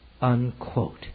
unquote